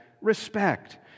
respect